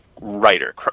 writer